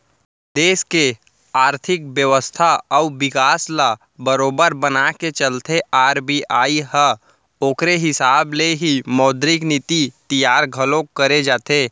देस के आरथिक बेवस्था अउ बिकास ल बरोबर बनाके चलथे आर.बी.आई ह ओखरे हिसाब ले ही मौद्रिक नीति तियार घलोक करे जाथे